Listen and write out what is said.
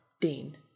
Dean